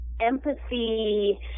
empathy